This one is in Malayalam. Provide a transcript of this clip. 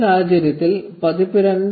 ഈ സാഹചര്യത്തിൽ പതിപ്പ് 2